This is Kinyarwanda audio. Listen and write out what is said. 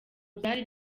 byari